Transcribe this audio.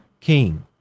King